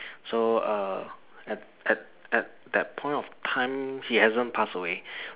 so err at at at that point of time he hasn't pass away